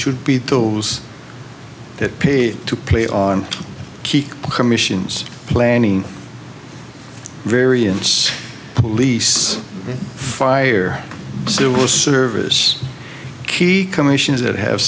should be those that pay to play on key commissions planning variance police fire civil service key commissions that have